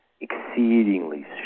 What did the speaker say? exceedingly